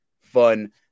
fun